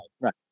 Right